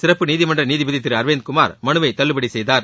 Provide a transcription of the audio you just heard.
சிறப்பு நீதிமன்ற நீதிபதி திரு அரவிந்த்குமார் மனுவை தள்ளுபடி செய்தார்